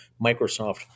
Microsoft